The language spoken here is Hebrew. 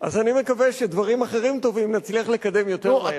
אז אני מקווה שדברים אחרים טובים נצליח לקדם יותר מהר.